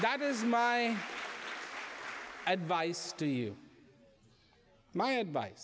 that is my advice to you my advice